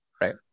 Right